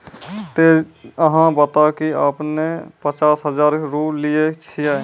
ते अहाँ बता की आपने ने पचास हजार रु लिए छिए?